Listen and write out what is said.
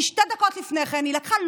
כי שתי דקות לפני כן היא לקחה,